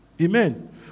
Amen